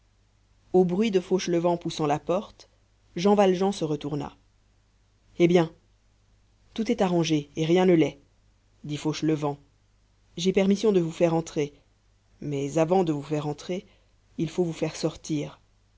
au bruit de fauchelevent poussant la porte jean valjean se retourna eh bien tout est arrangé et rien ne l'est dit fauchelevent j'ai permission de vous faire entrer mais avant de vous faire entrer il faut vous faire sortir